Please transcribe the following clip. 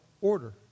order